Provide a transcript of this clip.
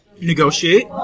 negotiate